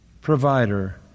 provider